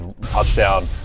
touchdown